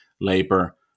labor